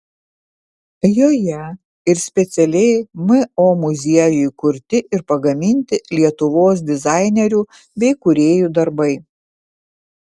joje ir specialiai mo muziejui kurti ir pagaminti lietuvos dizainerių bei kūrėjų darbai